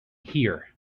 here